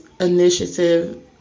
initiative